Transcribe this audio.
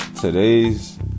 Today's